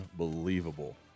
unbelievable